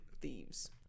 Thieves